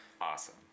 awesome